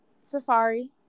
Safari